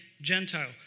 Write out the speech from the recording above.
Gentile